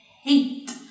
hate